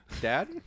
Dad